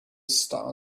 star